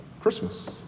Christmas